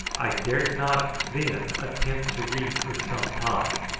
i dared not then attempt to read for some time,